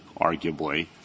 arguably